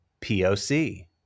POC